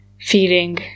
feeling